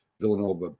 Villanova